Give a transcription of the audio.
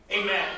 Amen